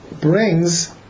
brings